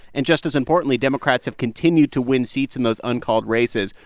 and just as importantly, democrats have continued to win seats in those uncalled races.